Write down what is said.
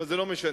אבל זה לא משנה.